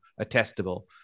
attestable